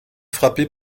frappé